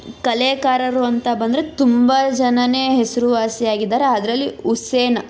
ಕಲೆಗಾರರು ಅಂತ ಬಂದರೆ ತುಂಬ ಜನರೇ ಹೆಸಾರುವಾಸಿಯಾಗಿದ್ದಾರೆ ಅದರಲ್ಲಿ ಹುಸೇನ್